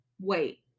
wait